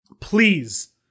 please